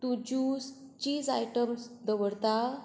तूं जूस चीज आयटम्स दवरता